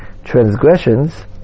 transgressions